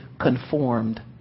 conformed